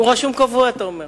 בבקשה.